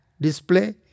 display